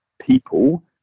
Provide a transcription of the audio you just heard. people